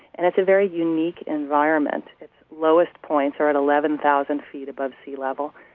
and it's a very unique environment. its lowest points are at eleven thousand feet above sea level.